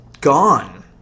gone